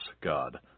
God